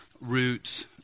roots